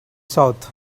south